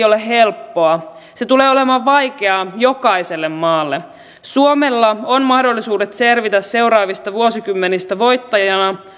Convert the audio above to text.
ole helppoa se tulee olemaan vaikeaa jokaiselle maalle suomella on mahdollisuudet selvitä seuraavista vuosikymmenistä voittajana